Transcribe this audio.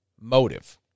Motive